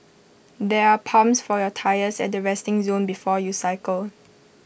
there are pumps for your tyres at the resting zone before you cycle